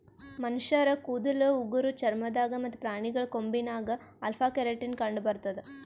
ಮನಶ್ಶರ್ ಕೂದಲ್ ಉಗುರ್ ಚರ್ಮ ದಾಗ್ ಮತ್ತ್ ಪ್ರಾಣಿಗಳ್ ಕೊಂಬಿನಾಗ್ ಅಲ್ಫಾ ಕೆರಾಟಿನ್ ಕಂಡಬರ್ತದ್